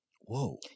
Whoa